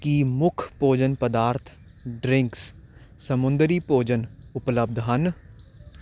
ਕੀ ਮੁੱਖ ਭੋਜਨ ਪਦਾਰਥ ਡਰਿੰਕਸ ਸਮੁੰਦਰੀ ਭੋਜਨ ਉਪਲੱਬਧ ਹਨ